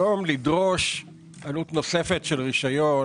היום לדרוש עלות נוספת של רשיון